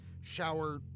shower